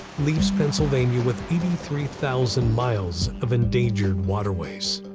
leaves pennsylvania with eighty three thousand miles of endangered waterways.